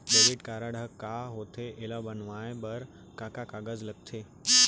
Debit card ह का होथे एला बनवाए बर का का कागज लगथे?